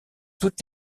toutes